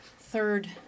third